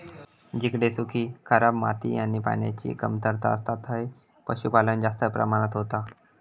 जिकडे सुखी, खराब माती आणि पान्याची कमतरता असता थंय पशुपालन जास्त प्रमाणात होता